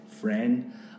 friend